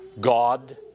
God